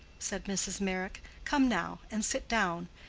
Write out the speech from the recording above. said mrs. meyrick. come now and sit down.